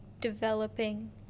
developing